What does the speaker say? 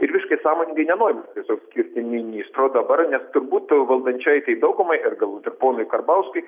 ir visiškai sąmoningai nenori tiesiog skirti ministro dabar nes turbūt valdančiajai kai daugumai ir galbūt ir ponui karbauskiui